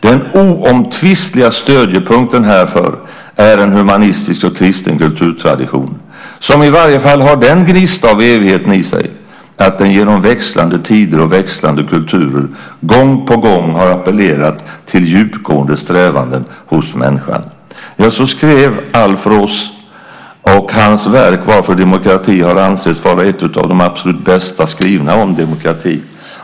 Den oomtvistliga stödjepunkten härför är en humanistisk och kristen kulturtradition, som i varje fall har den gnista av evigheten i sig, att den genom växlande tider och växlande kulturer gång på gång har appellerat till djupgående strävanden hos människan." Så skrev Alf Ross, och hans verk Varför demokrati? har ansetts vara ett av de absolut bästa skrivna om demokratin.